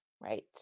Right